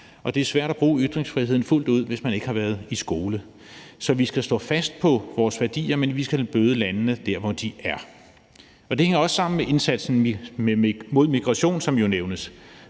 det er svært at bruge ytringsfriheden fuldt ud, hvis man ikke har været i skole. Så vi skal stå fast på vores værdier, men vi skal møde landene der, hvor de er. Det hænger også sammen med indsatsen mod migration, som jo nævnes,